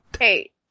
Hey